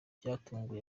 byatunguye